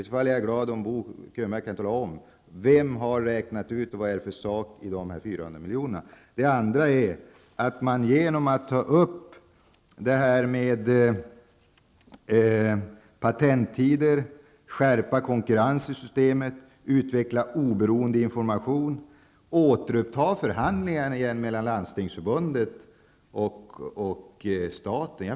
Den är antagligen tillyxad. Jag skulle bli glad om Bo Könberg kunde tala om vem som har räknat fram den summan. Detta handlar också om patenttider, att skärpa konkurrensen i systemet, utveckla oberoende information och återuppta förhandlingar mellan Landstingsförbundet och staten.